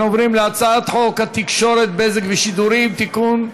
אנחנו עוברים להצעת חוק התקשורת (בזק ושידורים) (תיקון,